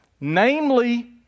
namely